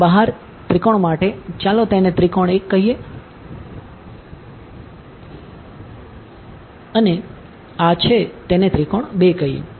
અહીં બહાર ત્રિકોણ માટે ચાલો તેને ત્રિકોણ 1 કહીએ અને આ છે તેને ત્રિકોણ 2 કહીએ